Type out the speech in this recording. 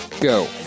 go